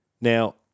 Now